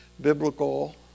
biblical